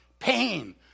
pain